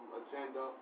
agenda